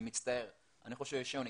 אני מצטער, אני חושב שיש שוני.